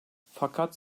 fakat